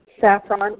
saffron